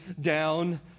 down